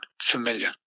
familiar